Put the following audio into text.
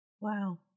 wow